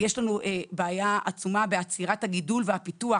יש לנו בעיה עצומה בעצירת הגידול והפיתוח